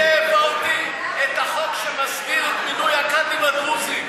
אני העברתי את החוק שמסדיר את מינוי הקאדים הדרוזים,